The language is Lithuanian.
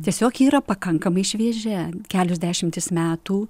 tiesiog yra pakankamai šviežia kelios dešimtys metų